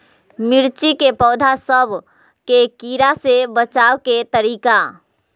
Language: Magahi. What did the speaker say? मिर्ची के पौधा सब के कीड़ा से बचाय के तरीका?